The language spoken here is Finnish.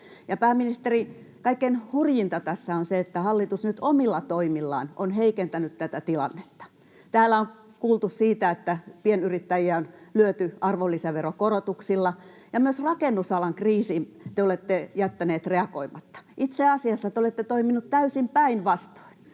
Pääministeri, kaikkein hurjinta tässä on se, että hallitus nyt omilla toimillaan on heikentänyt tätä tilannetta. Täällä on kuultu siitä, että pienyrittäjiä on lyöty arvonlisäveron korotuksilla, ja myös rakennusalan kriisiin te olette jättäneet reagoimatta. Itse asiassa te olette toiminut täysin päinvastoin.